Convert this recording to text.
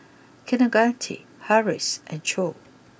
Kaneganti Haresh and Choor